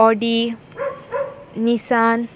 Audi Nissan